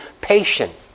patient